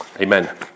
Amen